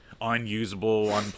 unusable